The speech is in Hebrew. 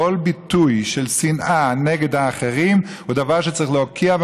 כל ביטוי של שנאה נגד האחרים הוא דבר שצריך להוקיע,